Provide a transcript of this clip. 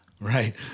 right